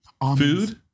food